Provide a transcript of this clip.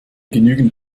genügend